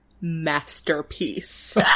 masterpiece